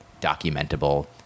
documentable